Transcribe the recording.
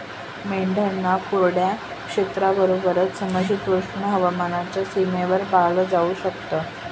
मेंढ्यांना कोरड्या क्षेत्राबरोबरच, समशीतोष्ण हवामानाच्या सीमेवर पाळलं जाऊ शकत